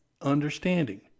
understanding